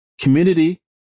Community